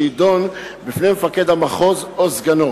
שיידון בפני מפקד המחוז או סגנו.